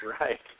Right